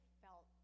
felt